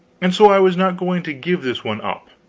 and so i was not going to give this one up.